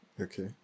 Okay